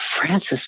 Francis